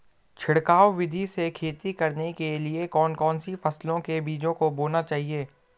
छिड़काव विधि से खेती करने के लिए कौन कौन सी फसलों के बीजों को बोना चाहिए?